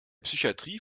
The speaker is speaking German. psychatrie